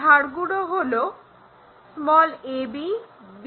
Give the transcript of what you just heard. ধারগুলি হলো ab bc cd